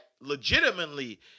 legitimately